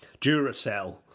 Duracell